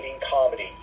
comedy